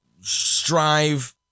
strive